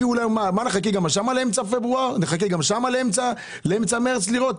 נחכה גם שם לאמצע פברואר, נחכה לאמצע מרס לראות?